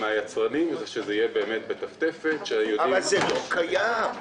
מה צריך לקרות כדי שיהיה ייצוא קנאביס מישראל?